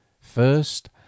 First